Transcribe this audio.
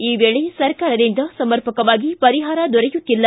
ಈ ವೇಳೆ ಸರ್ಕಾರದಿಂದ ಸಮರ್ಪಕವಾಗಿ ಪರಿಹಾರ ದೊರೆಯುತ್ತಿಲ್ಲ